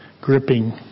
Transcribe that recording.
gripping